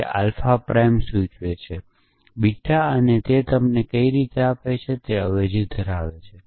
તે તમને આલ્ફાપ્રાઇમ સૂચવે છે બીટા પ્રાઇમ અને તે તમને કેવી રીતે આપે છે કે તે અવેજી ધરાવે છે